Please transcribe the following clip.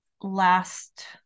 last